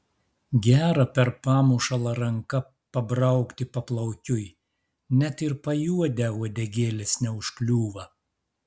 gera per pamušalą ranka pabraukti paplaukiui net ir pajuodę uodegėlės neužkliūva